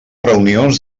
reunions